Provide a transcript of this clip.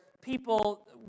people